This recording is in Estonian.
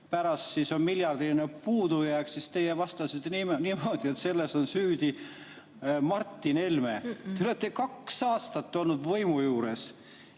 pärast oli miljardiline puudujääk, siis teie vastasite niimoodi, et selles on süüdi Martin Helme. Te olete kaks aastat olnud võimu juures